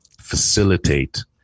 facilitate